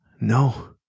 No